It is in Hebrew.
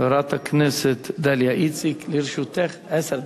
חברת הכנסת דליה איציק, לרשותך עשר דקות.